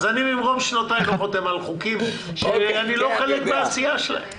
אז אני ממרום שנותיי לא חותם על חוקים שאני לא חלק מהעשייה שלהם.